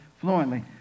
fluently